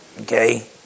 Okay